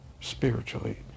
spiritually